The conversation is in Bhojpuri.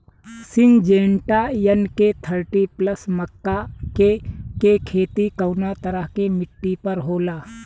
सिंजेंटा एन.के थर्टी प्लस मक्का के के खेती कवना तरह के मिट्टी पर होला?